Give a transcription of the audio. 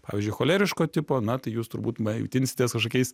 pavyzdžiui choleriško tipo na tai jūs turbūt maitinsitės kažkokiais